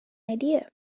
idea